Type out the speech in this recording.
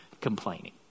complaining